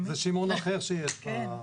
זה שמעון אחר שיש לך.